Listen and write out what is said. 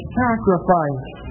sacrifice